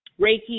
Reiki